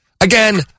again